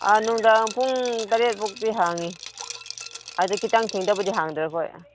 ꯅꯨꯡꯗꯥꯡ ꯄꯨꯡ ꯇꯔꯦꯠ ꯐꯥꯎꯕꯗꯤ ꯍꯥꯡꯏ ꯑꯗꯩ ꯈꯤꯇꯪ ꯊꯦꯡꯗꯕꯗꯤ ꯍꯥꯡꯗ꯭ꯔꯦ ꯑꯩꯈꯣꯏ